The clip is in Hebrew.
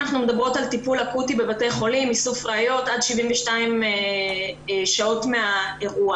טיפול אקוטי בבתי החולים ואיסוף ראיות - עד 72 שעות מהאירוע.